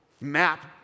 map